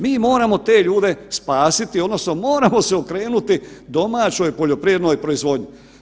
Mi moramo te ljude spasiti odnosno moramo se okrenuti domaćoj poljoprivrednoj proizvodnji.